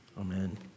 Amen